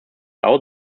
out